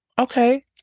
Okay